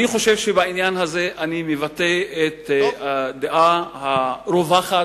אני חושב שבעניין הזה אני מבטא את הדעה הרווחת.